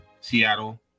Seattle